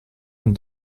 een